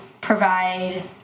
provide